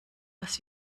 was